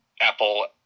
Apple